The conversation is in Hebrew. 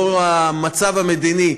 בשל המצב המדיני,